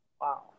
Wow